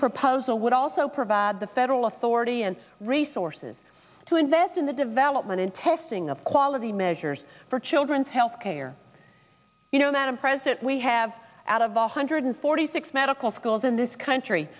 proposal would also provide the federal authority and resources to invest in the development and testing of quality measures for children's health care you know madam president we have out of one hundred forty six medical schools in this country